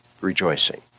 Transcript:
rejoicing